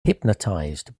hypnotized